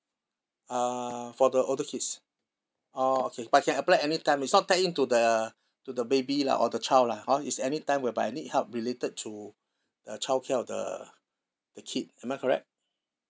uh for the older kids orh okay but I can apply any time it's not tied in to the to the baby lah or the child lah hor it's any time whereby I need help related to uh childcare of the the kid am I correct